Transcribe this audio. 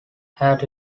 had